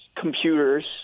computers